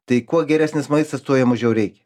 tai kuo geresnis maistas tuo jo mažiau reikia